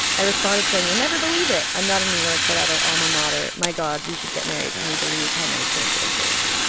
i responded saying, you'll never believe it i'm not in new york but at our alma mater. my god, we should get married. can you believe how many coincidences?